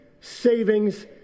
savings